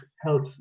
health